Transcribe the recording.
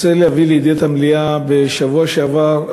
רוצה להביא לידיעת המליאה: בשבוע שעבר,